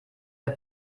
der